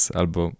albo